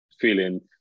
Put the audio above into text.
feeling